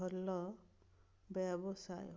ଭଲ ବ୍ୟବସାୟ